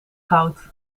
goud